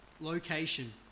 location